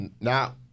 Now